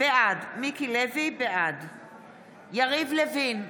בעד יריב לוין,